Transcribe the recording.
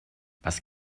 was